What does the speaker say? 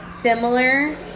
similar